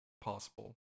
possible